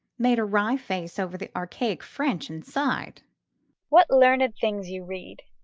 made a wry face over the archaic french, and sighed what learned things you read!